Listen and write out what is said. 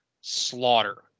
slaughter